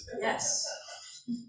Yes